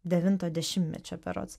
devinto dešimtmečio berods